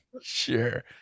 Sure